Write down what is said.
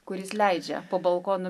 kuris leidžia po balkonu